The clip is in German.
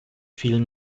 vielen